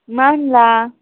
मानो होनब्ला